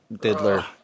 diddler